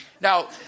Now